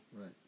right